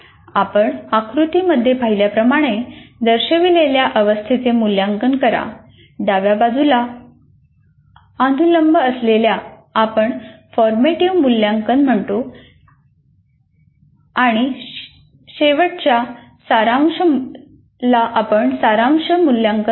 आपण आकृतीमध्ये पाहिल्याप्रमाणे दर्शविलेल्या अवस्थेचे मूल्यांकन करा डाव्या बाजूला अनुलंब असलेल्याला आपण फॉर्मेटिव्ह मूल्यांकन म्हणतो आणि शेवटच्याला सारांश मूल्यांकन म्हणतात